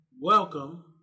welcome